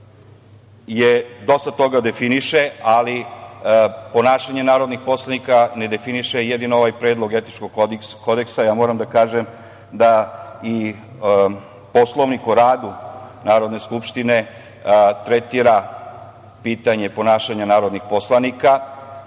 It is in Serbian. dosta toga definiše, ali ponašanje narodnih poslanika ne definiše jedino ovaj Predlog etičkog kodeksa. Ja moram da kažem da i Poslovnik o radu Narodne skupštine tretira pitanje ponašanja narodnih poslanika. Ono